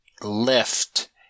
left